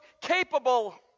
capable